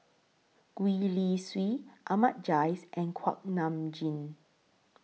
Gwee Li Sui Ahmad Jais and Kuak Nam Jin